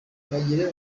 bagira